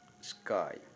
sky